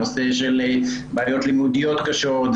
נושא של בעיות לימודיות קשות,